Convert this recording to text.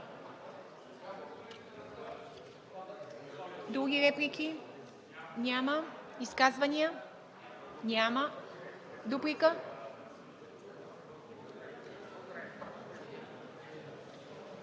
Други реплики? Няма. Изказвания? Няма. Дуплика?